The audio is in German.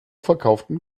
verkauftem